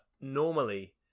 normally